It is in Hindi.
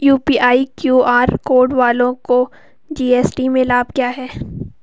यू.पी.आई क्यू.आर कोड वालों को जी.एस.टी में लाभ क्या है?